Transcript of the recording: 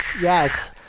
Yes